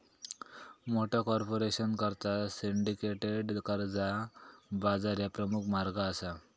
मोठ्या कॉर्पोरेशनकरता सिंडिकेटेड कर्जा बाजार ह्या प्रमुख मार्ग असा